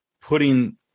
putting